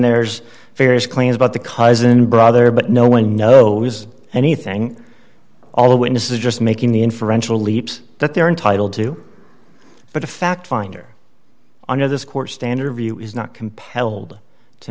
there's various claims about the cousin brother but no one knows anything at all the witness is just making the inferential leaps that they're entitled to but the fact finder under this court standard view is not compelled to